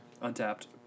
Untapped